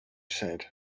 said